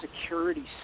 security